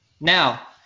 Now